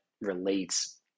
relates